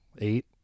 eight